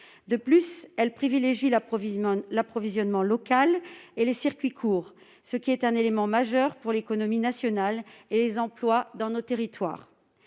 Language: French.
De plus, elles privilégient l'approvisionnement local et les circuits courts, ce qui est un élément majeur pour l'économie nationale et les emplois dans nos territoires.